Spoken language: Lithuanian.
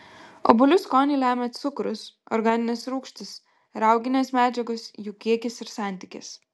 obuolių skonį lemia cukrus organinės rūgštys rauginės medžiagos jų kiekis ir santykis